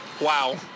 Wow